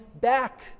back